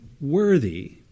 worthy